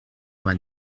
vingt